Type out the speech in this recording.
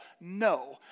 No